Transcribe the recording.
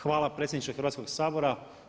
Hvala predsjedniče Hrvatskoga sabora.